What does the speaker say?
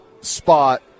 spot